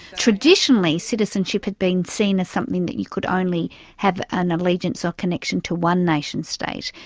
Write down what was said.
traditionally citizenship had been seen as something that you could only have an allegiance or connection to one nationstate,